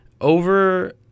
over